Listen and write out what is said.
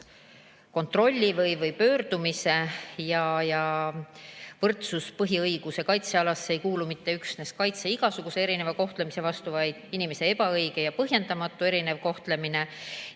kontrolli või pöördumise. Selgus, et võrdsuspõhiõiguse kaitsealasse ei kuulu mitte üksnes kaitse igasuguse erineva kohtlemise vastu, vaid inimese ebaõige ja põhjendamatu erinev kohtlemine.